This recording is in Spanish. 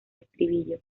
estribillo